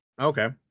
Okay